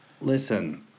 Listen